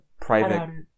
private